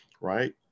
Right